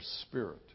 spirit